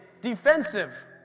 defensive